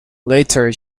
later